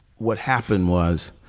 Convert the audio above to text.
what happened was,